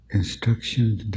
instructions